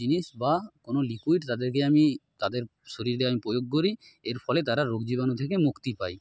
জিনিস বা কোনো লিকুইড তাদেরকে আমি তাদের শরীরে আমি প্রয়োগ করি এর ফলে তারা রোগ জীবাণু থেকে মুক্তি পায়